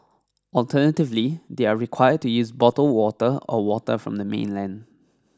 alternatively they are required to use bottled water or water from the mainland